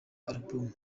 album